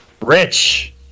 Rich